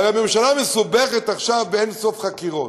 הרי הממשלה מסובכת עכשיו באין-סוף חקירות,